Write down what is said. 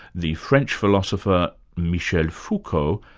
the french philosopher michel foucault,